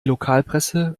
lokalpresse